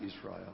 Israel